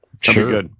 Sure